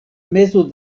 mezo